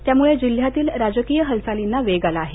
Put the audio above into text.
त्यामुळे जिल्ह्यातील राजकीय हालचालींना वेग आला आहे